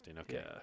okay